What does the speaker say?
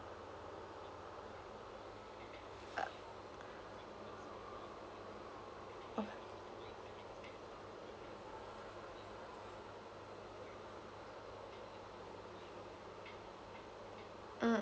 oh mm